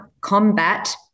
combat